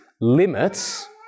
limits